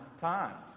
times